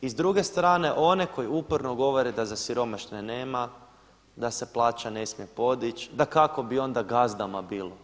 I s druge strane one koji uporno govore da za siromašne nema, da se plaća ne smije podići, da kako bi onda gazdama bilo.